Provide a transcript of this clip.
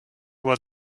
what